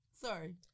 Sorry